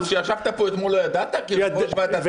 מה, כשישבת פה אתמול לא ידעת כיושב-ראש ועדה?